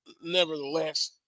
nevertheless